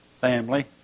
family